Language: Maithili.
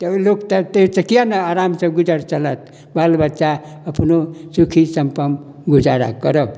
तऽ लोक तऽ ताहिसँ किएक नहि आरामसँ गुजर चलत बाल बच्चा अपनो सुखी सम्पन्न गुजारा करब